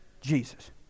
Jesus